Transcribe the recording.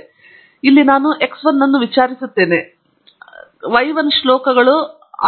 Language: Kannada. ಆದ್ದರಿಂದ ಇಲ್ಲಿ ನಾನು x 1 ಅನ್ನು ವಿಚಾರಿಸುತ್ತಿದ್ದೇನೆ ಕ್ಷಮಿಸಿ y 1 ಶ್ಲೋಕಗಳು